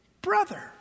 brother